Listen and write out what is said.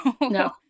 No